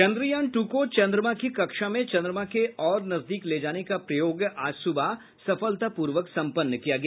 चन्द्रयान ट् को चन्द्रमा की कक्षा में चन्द्रमा के और नजदीक ले जाने का प्रयोग आज सुबह सफलतापूर्वक सम्पन्न किया गया